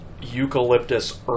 eucalyptus